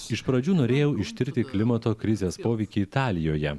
iš pradžių norėjau ištirti klimato krizės poveikį italijoje